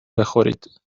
بخورید